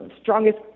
strongest